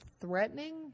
threatening